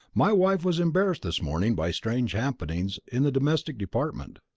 my wife was embarrassed this morning by strange happenings in the domestic department.